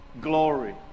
glory